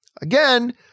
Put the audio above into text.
again